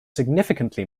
significantly